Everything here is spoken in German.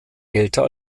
älter